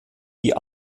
die